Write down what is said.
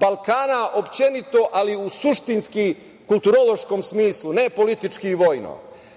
Balkana općenito, ali suštinski u kulturološkom smislu, ne politički i vojno.